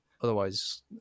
Otherwise